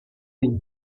queens